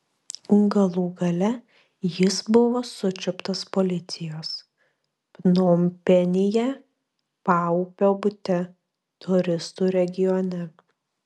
galų gale jis buvo sučiuptas policijos pnompenyje paupio bute turistų regione